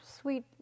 sweet